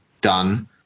done